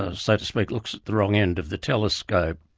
ah so to speak, looks at the wrong end of the telescope,